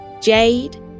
Jade